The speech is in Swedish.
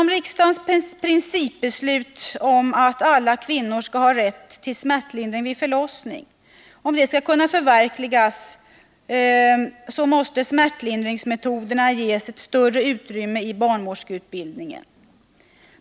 Om riksdagens principbeslut om att alla kvinnor skall ha rätt till smärtlindring vid förlossning skall kunna förverkligas, måste smärtlindringsmetoderna ges ett större utrymme i barnmorskeutbildningen.